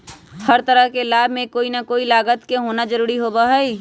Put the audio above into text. हर तरह के लाभ में कोई ना कोई लागत के होना जरूरी होबा हई